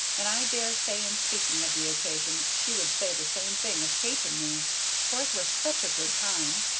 and i dare say in speaking of the occasion she would say the same thing of kate and me for it was such a good time!